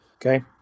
Okay